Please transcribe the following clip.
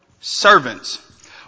Servants